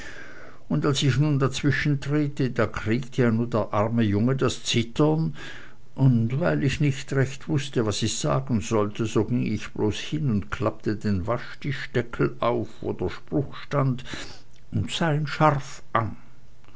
und als ich nu dazwischentrete da kriegt ja nu der arme junge das zittern und weil ich nicht recht wußte was ich sagen sollte ging ich bloß hin und klappte den waschtischdeckel auf wo der spruch stand und sah ihn scharf an